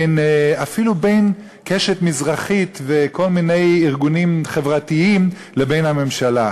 אפילו בין "הקשת המזרחית" וכל מיני ארגונים חברתיים לבין הממשלה,